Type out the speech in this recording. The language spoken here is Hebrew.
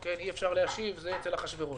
אי-אפשר להשיב, זה אצל אחשוורוש.